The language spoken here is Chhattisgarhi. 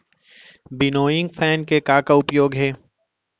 विनोइंग फैन के का का उपयोग हे?